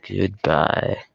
goodbye